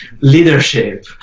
leadership